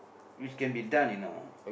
which can be done you know